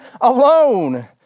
alone